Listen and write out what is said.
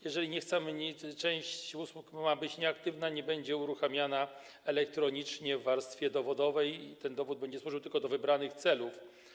Jeżeli nie chcemy, część usług ma być nieaktywna, nie będzie uruchamiana elektronicznie w warstwie dowodowej i ten dowód będzie służył tylko do wybranych celów.